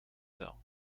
tard